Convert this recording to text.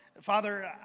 Father